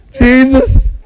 Jesus